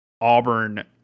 Auburn